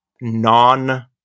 non